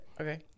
Okay